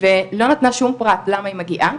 ולא נתנה שום פרט, למה היא מגיעה,